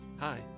Hi